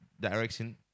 direction